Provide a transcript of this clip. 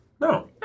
No